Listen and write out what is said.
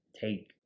take